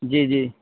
جی جی